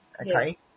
okay